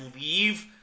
leave